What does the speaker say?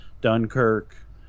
Dunkirk